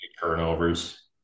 Turnovers